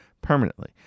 permanently